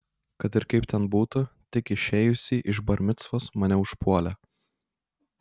kad ir kaip ten būtų tik išėjusį iš bar micvos mane užpuolė